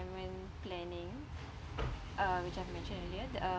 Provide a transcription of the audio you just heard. retirement planning uh which I've mentioned earlier uh